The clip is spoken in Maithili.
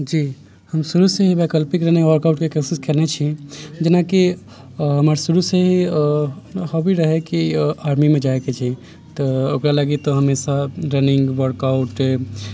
जी हम शुरूसँ ही वैकल्पिक रनिंग वर्कआउटके कोशिश कयने छी जेनाकि हमर शुरूसँ ही हॉबी रहय कि आर्मीमे जायके छै तऽ ओकरा लागी तऽ हमेशा रनिंग वर्कआउट